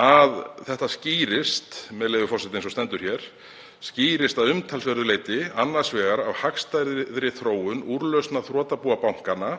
að þetta skýrist, með leyfi forseta, eins og stendur hér: „… að umtalsverðu leyti annars vegar af hagstæðri úrlausn þrotabúa bankanna,